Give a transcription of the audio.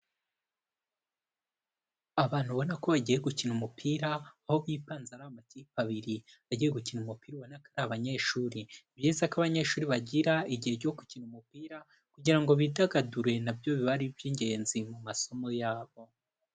Abantu babona ko bagiye gukina umupira, aho bipanze ari amakipe abiri, abagiye gukina umupira ubona ko ari abanyeshuri. Ni byiza ko abanyeshuri bagira igihe cyo gukina umupira, kugira ngo bidagadure na byo biba ari iby'ingenzi mu masomo yabo.